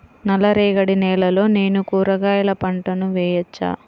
నల్ల రేగడి నేలలో నేను కూరగాయల పంటను వేయచ్చా?